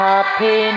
Happy